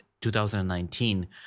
2019